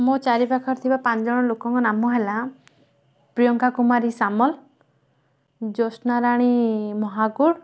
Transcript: ମୋ ଚାରିପାଖରେ ଥିବା ପାଞ୍ଚଜଣ ଲୋକଙ୍କ ନାମ ହେଲା ପ୍ରିୟଙ୍କା କୁମାରୀ ସାମଲ୍ ଜ୍ୟୋତ୍ସ୍ନାରାଣୀ ମହାକୁଡ୍